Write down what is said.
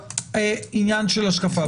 עניין של השקפה.